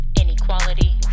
Inequality